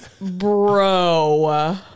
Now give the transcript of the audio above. bro